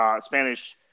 Spanish